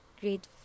grade